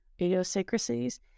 idiosyncrasies